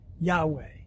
Yahweh